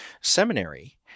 seminary